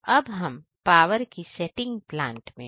तो अब हम पावर की सेटिंग प्लांट में